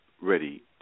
ready